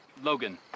Logan